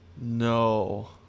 No